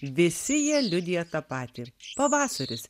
visi jie liudija tą patį pavasaris